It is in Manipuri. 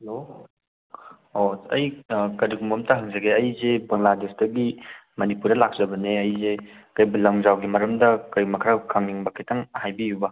ꯍꯦꯜꯂꯣ ꯑꯣ ꯑꯩ ꯀꯔꯤꯒꯨꯝꯕ ꯑꯃꯇ ꯍꯪꯖꯒꯦ ꯑꯩꯁꯦ ꯕꯪꯂꯥꯗꯦꯁꯇꯒꯤ ꯃꯅꯤꯄꯨꯔꯗ ꯂꯥꯛꯆꯕꯅꯦ ꯑꯩꯁꯦ ꯀꯩꯕꯨꯜ ꯂꯝꯖꯥꯎꯒꯤ ꯃꯔꯝꯗ ꯀꯔꯤꯒꯨꯝꯕ ꯈꯔ ꯈꯪꯅꯤꯡꯕ ꯈꯤꯇꯪ ꯍꯥꯏꯕꯤꯌꯨꯕ